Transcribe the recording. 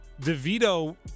DeVito